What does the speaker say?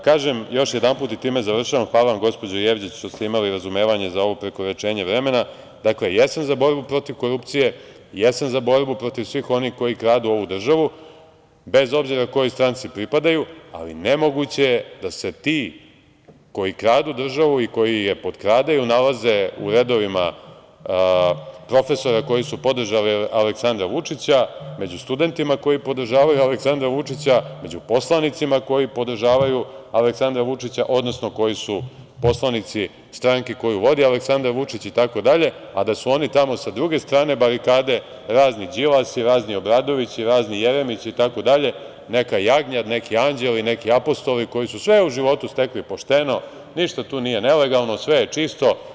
Kažem još jedanput i time završavam, hvala vam, gospođo Jevđić, što ste imali razumevanje za ovo prekoračenje vremena, jesam za borbu protiv korupcije, jesam za borbu svih onih koji kradu ovu državu, bez obzira kojoj stranci pripadaju, ali nemoguće je da se ti koji kradu državu i koji je potkradaju nalaze u redovima profesora koji su podržali Aleksandra Vučića, među studentima koji podržavaju Aleksandra Vučića, među poslanicima koji podržavaju Aleksandra Vučića, odnosno koji su poslanici stranke koju vodi Aleksandar Vučić itd, a da su oni tamo sa druge strane barikade, razni Đilasi, razni Obradovići, razni Jeremići itd, neka jagnjad, neki anđeli, neki apostoli koji su sve u životu stekli pošteno, ništa tu nije nelegalno, sve je čisto.